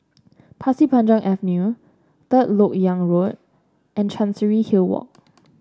Pasir Panjang Avenue Third LoK Yang Road and Chancery Hill Walk